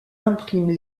imprime